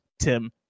Tim